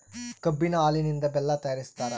ಕಬ್ಬಿನ ಹಾಲಿನಿಂದ ಬೆಲ್ಲ ತಯಾರಿಸ್ತಾರ